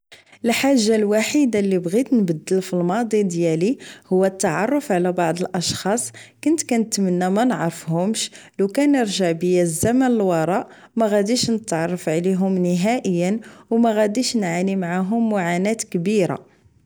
الحاجة الوحيدة اللي بغيت نبدل فالماضي ديالي هو التعرف على بعض الاشخاص كنت كنتمنى منعرفهومش لوكان ارجع بيا الزمان اللوار مغديش نتعرف عليهم نهائيا و مغاديش نعاني معاهم معانات كبيرة